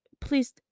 please